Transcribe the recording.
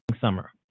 summer